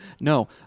No